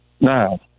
Now